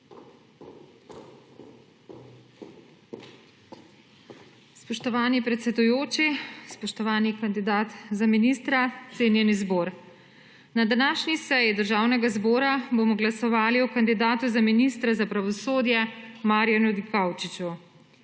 Spoštovani predsedujoči, spoštovani kandidat za ministra, cenjeni zbor! Na današnji seji Državnega zbora bomo glasovali o kandidatu za ministra za pravosodje, Marjanu Dikaučiču.